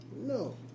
No